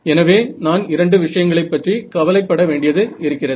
எனவே நான் இரண்டு விஷயங்களைப் பற்றி கவலைப்பட வேண்டியது இருக்கிறது